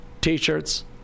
T-shirts